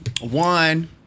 one